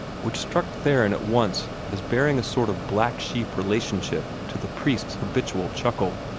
which struck theron at once as bearing a sort of black-sheep relationship to the priest's habitual chuckle.